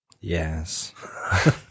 Yes